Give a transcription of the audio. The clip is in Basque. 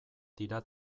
dira